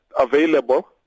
available